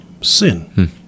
Sin